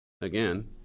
Again